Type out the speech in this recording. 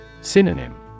Synonym